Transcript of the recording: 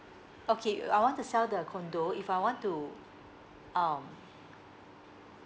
okay I want to sell the condo if I want to um